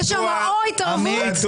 יש שם או התערבות או שיש ועדה אחרת.